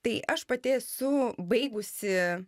tai aš pati esu baigusi